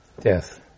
Death